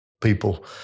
people